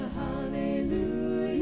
hallelujah